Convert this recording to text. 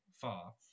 far